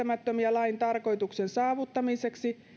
lain tarkoituksen saavuttamiseksi